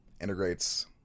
integrates